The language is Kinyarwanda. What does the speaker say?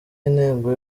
intego